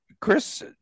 Chris